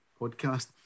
podcast